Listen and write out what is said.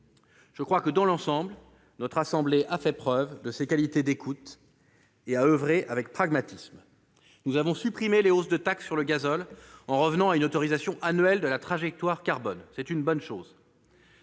Je crois que, dans l'ensemble, notre assemblée a fait preuve de ces qualités d'écoute et oeuvré avec pragmatisme. Nous avons supprimé les hausses de taxe sur le gazole en revenant à une autorisation annuelle de la trajectoire carbone : c'est une bonne chose.